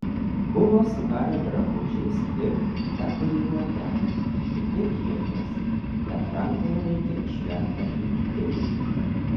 buvo su kario drabužiais ir tatuiruote tik be ieties bet rankoje laikė šventąjį kirvį